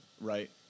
Right